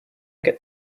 get